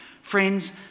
Friends